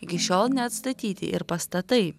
iki šiol neatstatyti ir pastatai